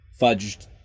fudged